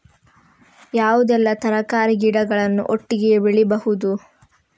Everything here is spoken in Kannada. ಯಾವುದೆಲ್ಲ ತರಕಾರಿ ಗಿಡಗಳನ್ನು ಒಟ್ಟಿಗೆ ಬೆಳಿಬಹುದು?